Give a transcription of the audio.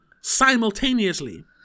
simultaneously